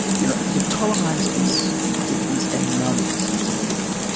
you know, the tolerance is is enormous in sierra leone.